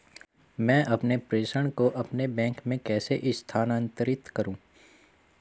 मैं अपने प्रेषण को अपने बैंक में कैसे स्थानांतरित करूँ?